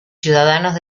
ciudadanos